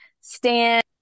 stand